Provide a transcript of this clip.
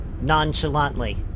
Nonchalantly